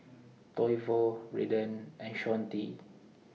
Toivo Redden and Shawnte